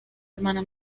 hermana